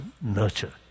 nurture